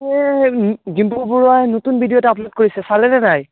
এ ডিম্পু বৰুৱাই নতুন ভিডিঅ' এটা আপলোড কৰিছে চালেনে নাই